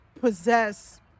possess